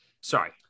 sorry